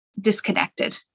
disconnected